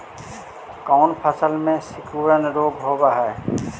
कोन फ़सल में सिकुड़न रोग होब है?